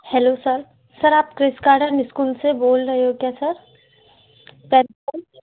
hello sir sir आप Chris garden school से बोल रहे हो क्या सर